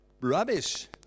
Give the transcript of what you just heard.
rubbish